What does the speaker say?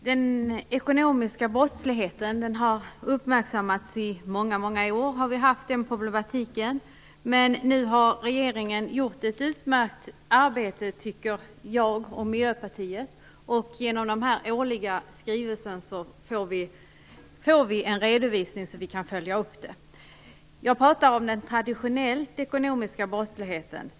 Herr talman! Den ekonomiska brottsligheten har uppmärksammats i många år. Nu har regeringen gjort ett utmärkt arbete, enligt min och Miljöpartiets mening, och genom den årliga skrivelsen får vi en redovisning så att vi kan följa upp det. Jag pratar nu om den traditionella ekonomiska brottsligheten.